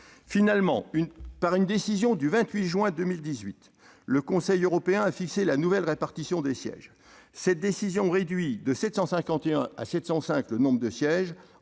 Finalement, par une décision du 28 juin 2018, le Conseil européen a fixé la nouvelle répartition des sièges. Cette décision réduit de sept cent cinquante et